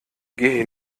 geh